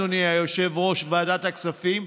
אדוני יושב-ראש ועדת הכספים,